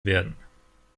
werden